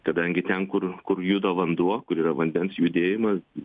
kadangi ten kur kur juda vanduo kur yra vandens judėjimas